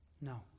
No